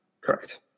Correct